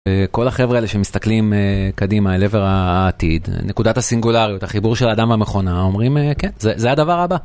כל החברה שמסתכלים קדימה אל עבר העתיד, נקודת הסינגולריות, החיבור של האדם והמכונה, אומרים כן, זה הדבר הבא.